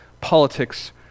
politics